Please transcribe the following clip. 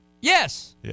Yes